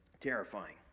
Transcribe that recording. terrifying